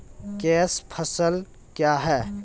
Cash फसल क्या हैं?